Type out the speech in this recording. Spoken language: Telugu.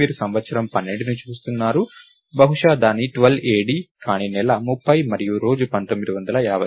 మీరు సంవత్సరం 12ని చూస్తున్నారు బహుశా దాని 12 AD కానీ నెల 30 మరియు రోజు 1950